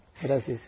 Gracias